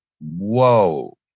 Whoa